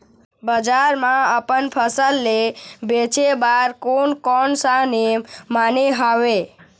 बजार मा अपन फसल ले बेचे बार कोन कौन सा नेम माने हवे?